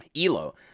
Elo